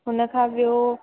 उनखां ॿियो